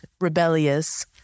rebellious